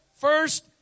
first